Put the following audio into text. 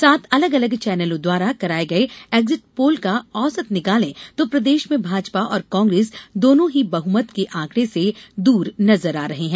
सात अलग अलग चैनलों द्वारा कराये गये एक्जिट पोल का औसत निकाले तो प्रदेश में भाजपा और कांग्रेस दोनो ही बहमत के आंकड़े से दूर नजर आ रहे हैं